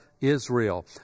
Israel